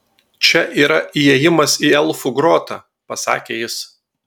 čia yra įėjimas į elfų grotą pasakė jis